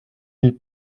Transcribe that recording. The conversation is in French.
ils